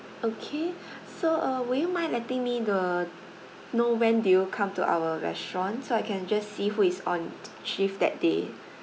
okay so uh would you mind letting me the know when do you come to our restaurant so I can just see who is on shift that day